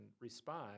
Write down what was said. respond